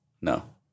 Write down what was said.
no